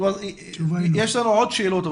יש לנו עוד שאלות,